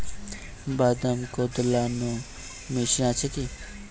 বাদাম কদলানো মেশিন আছেকি?